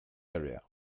area